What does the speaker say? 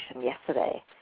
yesterday